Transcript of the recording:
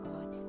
God